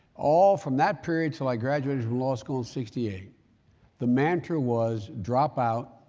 all, from that period until i graduated from law school in sixty eight the mantra was dropout,